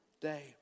day